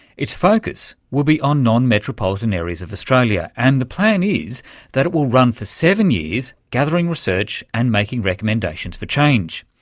its focus will be on non-metropolitan areas of australia and the plan is that it will run for seven years gathering research and making recommendations for change.